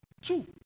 two